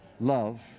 love